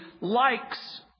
likes